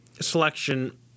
selection